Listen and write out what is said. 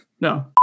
no